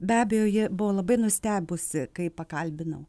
be abejo ji buvo labai nustebusi kai pakalbinau